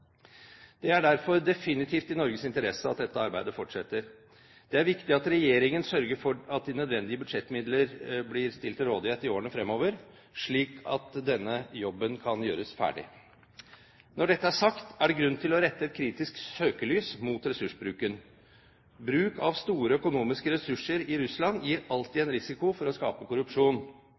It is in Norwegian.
Det er derfor definitivt i Norges interesse at dette arbeidet fortsetter. Det er viktig at regjeringen sørger for at de nødvendige budsjettmidler blir stilt til rådighet i årene fremover, slik at denne jobben kan gjøres ferdig. Når dette er sagt, er det grunn til å rette et kritisk søkelys mot ressursbruken. Bruk av store økonomiske ressurser i Russland gir alltid en risiko for å skape korrupsjon.